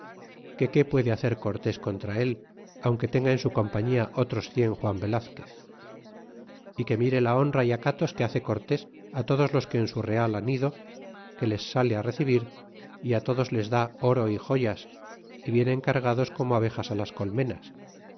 que qué puede hacer cortés contra él aunque tenga en su compañía otros cien juan velazquez y que mire la honra y acatos que hace cortés todos los que en su real han ido que les sale recibir y todos les da oro y joyas y vienen cargados como abejas las colmenas